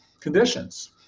conditions